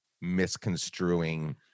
misconstruing